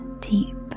deep